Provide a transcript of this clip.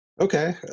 okay